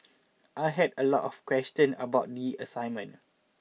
I had a lot of question about the assignment